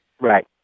Right